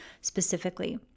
specifically